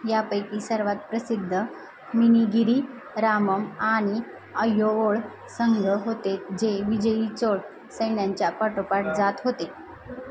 यापैकी सर्वात प्रसिद्ध मनिगिरामम आणि अय्यवोल संघ होते जे विजयी चोळ सैन्याच्या पाठोपाठ जात होते